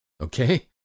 okay